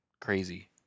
crazy